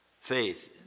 faith